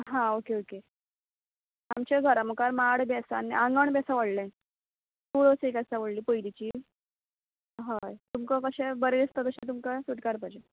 हां okay okay आमच्या घरा मुखार माड बी आसा आनी आंगण आसा व्होडलें तुळस एक आसा व्होडली पयलीची होय तुमका कशें बरें दिसता तशें तुमका फोटो काडपाचे